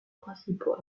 principaux